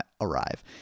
arrive